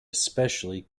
especially